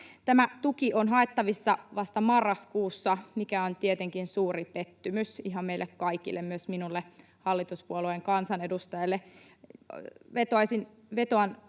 Tämä tuki on haettavissa vasta marraskuussa, mikä on tietenkin suuri pettymys ihan meille kaikille, myös minulle, hallituspuolueen kansanedustajalle.